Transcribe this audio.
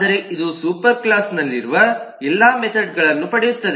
ಆದರೆ ಇದು ಸೂಪರ್ ಕ್ಲಾಸ್ನಲ್ಲಿರುವ ಎಲ್ಲಾ ಮೆಥೆಡ್ಗಳನ್ನು ಪಡೆಯುತ್ತದೆ